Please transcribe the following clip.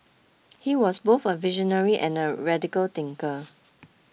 he was both a visionary and a radical thinker